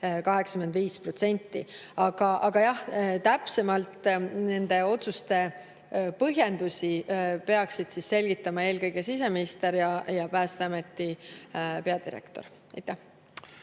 85%. Aga jah, täpsemalt nende otsuste põhjendusi peaksid selgitama eelkõige siseminister ja Päästeameti peadirektor. Jaa,